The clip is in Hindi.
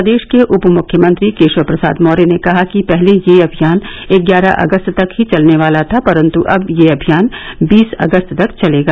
प्रदेश के उप मुख्यमंत्री केशव प्रसाद मौर्य ने कहा कि पहले यह अभियान ग्यारह अगस्त तक ही चलने वाला था परन्तु अब यह अभियान बीस अगस्त तक चलेगा